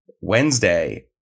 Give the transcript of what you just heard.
Wednesday